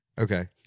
Okay